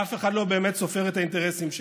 ואף אחד לא באמת סופר את האינטרסים שלה,